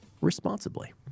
responsibly